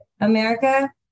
America